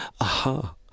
Aha